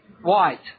white